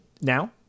Now